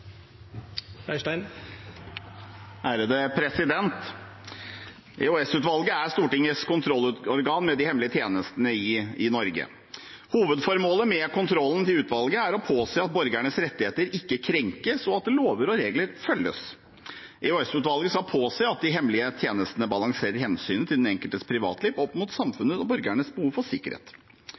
å påse at borgernes rettigheter ikke krenkes, og at lover og regler følges. EOS-utvalget skal påse at de hemmelige tjenestene balanserer hensynet til den enkeltes privatliv opp mot samfunnets og borgernes behov for sikkerhet.